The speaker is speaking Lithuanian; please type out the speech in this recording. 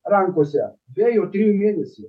rankose dviejų ar trijų mėnesių